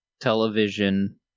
television